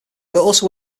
also